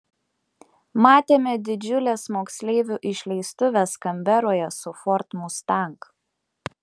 matėme didžiules moksleivių išleistuves kanberoje su ford mustang